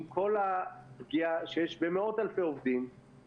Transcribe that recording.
עם כל הפגיעה שיש במאות אלפי עובדים,